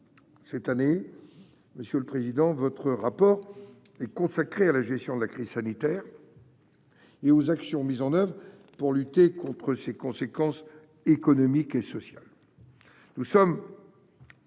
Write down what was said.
Cette année, monsieur le Premier président, votre rapport est consacré à la gestion de la crise sanitaire et aux actions mises en oeuvre pour lutter contre ses conséquences économiques et sociales.